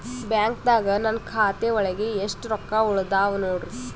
ಬ್ಯಾಂಕ್ದಾಗ ನನ್ ಖಾತೆ ಒಳಗೆ ಎಷ್ಟ್ ರೊಕ್ಕ ಉಳದಾವ ನೋಡ್ರಿ?